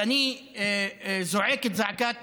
אני זועק את זעקת